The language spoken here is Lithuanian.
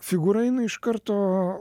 figūra jinai iš karto